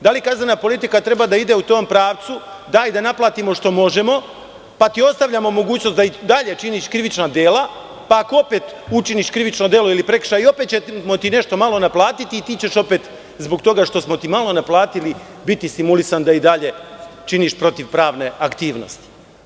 Da li kaznena politika treba da ide u tom pravcu – daj da naplatimo šta možemo, pa ti ostavljamo mogućnost da i dalje činiš krivična dela, pa ako opet učiniš krivično delo ili prekršaj, opet ćemo ti nešto malo naplatiti i ti ćeš opet zbog toga što smo ti malo naplatili, biti stimulisan da i dalje činiš protiv pravne aktivnosti.